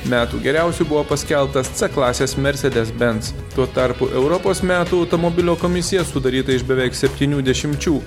metų geriausiu buvo paskelbtas c klasės mercsdes bens tuo tarpu europos metų automobilio komisija sudaryta iš beveik septynių dešimčių